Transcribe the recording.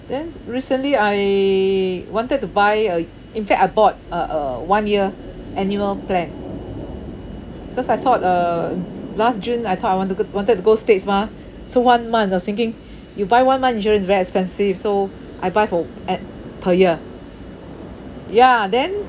thens recently I wanted to buy a in fact I bought uh uh one year annual plan because I thought uh last june I thought I wanted I wanted to go states mah so one month I was thinking you buy one month insurance is very expensive so I buy for at per year ya then